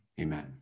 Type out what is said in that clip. Amen